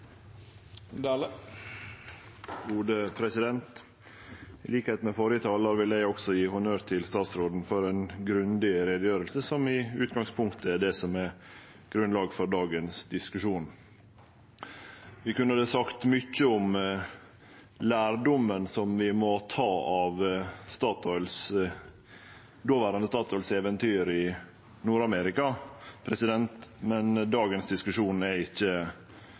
med den førre talaren vil eg òg gje honnør til statsråden for ei grundig utgreiing, som i utgangspunktet er det som er grunnlag for dagens diskusjon. Vi kunne ha sagt mykje om lærdommen vi må ta av dåverande Statoils eventyr i Nord-Amerika, men debatten i dag er